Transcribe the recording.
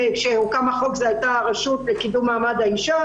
כשנחקק החוק זה היה הרשות לקידום מעמד האישה